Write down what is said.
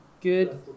Good